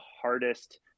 hardest